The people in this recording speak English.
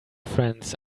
friends